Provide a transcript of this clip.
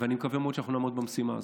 ואני מקווה מאוד שאנחנו נעמוד במשימה הזאת,